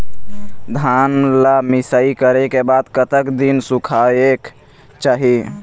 धान ला मिसाई करे के बाद कतक दिन सुखायेक चाही?